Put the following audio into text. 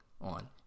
on